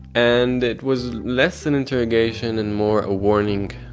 and it was less an interrogation and more a warning.